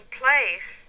place